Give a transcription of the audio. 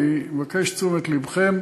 אני מבקש את תשומת לבכם: